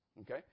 Okay